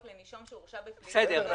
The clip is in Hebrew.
לנישום שהורשע בפלילים דאגה לעצמנו.